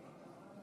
51, אין נמנעים.